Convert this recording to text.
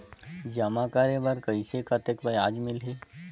जमा करे बर कइसे कतेक ब्याज मिलही?